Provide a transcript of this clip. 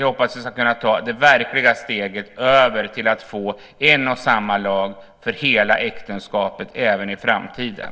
Jag hoppas att vi ska kunna ta det verkliga steget för att få en och samma lag för hela äktenskapet i framtiden.